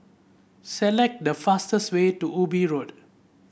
select the fastest way to Ubi Road